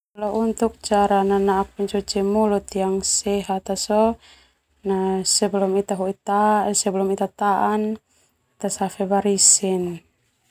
Untuk cara nanaa pencuci mulut yang sehat ta sona sebelum ita taa Ita safe barisi.